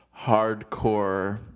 hardcore